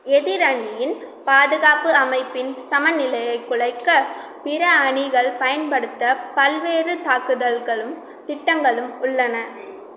எதிர் அணியின் பாதுகாப்பு அமைப்பின் சமநிலையை குலைக்க பிற அணிகள் பயன்படுத்த பல்வேறு தாக்குதல்களும் திட்டங்களும் உள்ளன